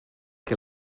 que